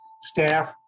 staff